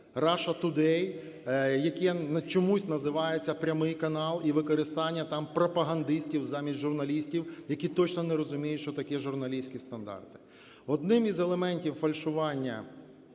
"Russia Today", яке чомусь називається "Прямий" канал", і використання там пропагандистів замість журналістів, які точно не розуміють, що таке журналістські стандарти. Одним із елементів фальшування